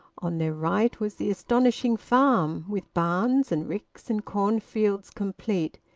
on their right was the astonishing farm, with barns and ricks and cornfields complete,